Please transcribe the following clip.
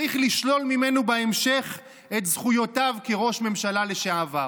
צריך לשלול ממנו בהמשך את זכויותיו כראש ממשלה לשעבר,